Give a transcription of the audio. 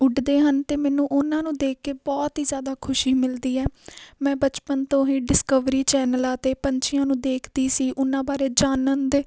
ਉੱਡਦੇ ਹਨ ਅਤੇ ਮੈਨੂੰ ਉਹਨਾਂ ਨੂੰ ਦੇਖ ਕੇ ਬਹੁਤ ਹੀ ਜ਼ਿਆਦਾ ਖੁਸ਼ੀ ਮਿਲਦੀ ਹੈ ਮੈਂ ਬਚਪਨ ਤੋਂ ਹੀ ਡਿਸਕਵਰੀ ਚੈਨਲਾਂ 'ਤੇ ਪੰਛੀਆਂ ਨੂੰ ਦੇਖਦੀ ਸੀ ਉਹਨਾਂ ਬਾਰੇ ਜਾਣਨ ਦੇ